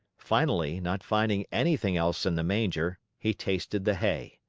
finally, not finding anything else in the manger, he tasted the hay.